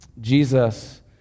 Jesus